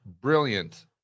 brilliant